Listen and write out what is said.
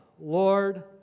Lord